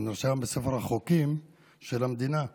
ונכנסה לספר החוקים של מדינת ישראל.